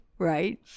Right